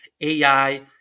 AI